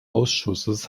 ausschusses